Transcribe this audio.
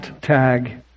tag